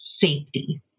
safety